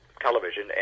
television